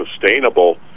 sustainable